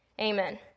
Amen